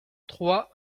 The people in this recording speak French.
trois